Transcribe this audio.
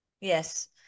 Yes